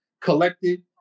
collected